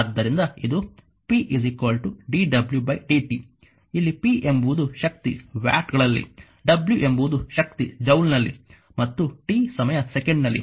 ಆದ್ದರಿಂದ ಇದು p dw dt ಇಲ್ಲಿ p ಎಂಬುದು ಶಕ್ತಿ ವ್ಯಾಟ್ಗಳಲ್ಲಿ w ಎಂಬುದು ಶಕ್ತಿ ಜೌಲ್ಸ್ನಲ್ಲಿ ಮತ್ತು ಟಿ ಸಮಯ ಸೆಕೆಂಡಿನಲ್ಲಿ